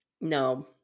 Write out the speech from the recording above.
No